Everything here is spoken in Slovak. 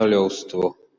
kráľovstvo